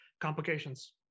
Complications